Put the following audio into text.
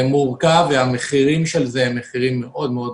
זה מורכב, והמחירים של זה גדולים מאוד.